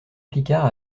picard